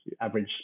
average